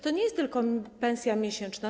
To nie jest tylko pensja miesięczna.